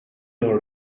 your